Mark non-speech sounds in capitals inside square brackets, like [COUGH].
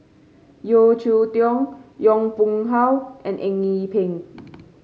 Yeo Cheow Tong Yong Pung How and Eng Yee Peng [NOISE]